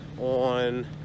on